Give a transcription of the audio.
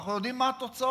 אנחנו יודעים מה התוצאות.